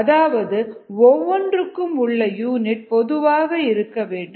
அதாவது ஒவ்வொன்றுக்கும் உள்ள யூனிட் பொதுவாக இருக்க வேண்டும்